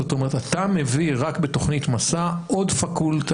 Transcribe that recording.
זאת אומרת אתה מביא רק בתכנית 'מסע' עוד פקולטה